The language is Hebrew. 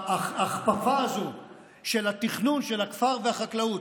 ההכפפה הזו של התכנון של הכפר והחקלאות